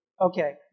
Okay